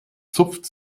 zupft